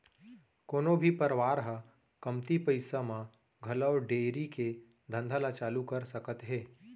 कोनो भी परवार ह कमती पइसा म घलौ डेयरी के धंधा ल चालू कर सकत हे